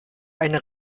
eine